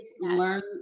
learn